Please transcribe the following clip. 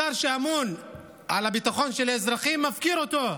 השר שאמון על הביטחון של האזרחים, מפקיר אותו.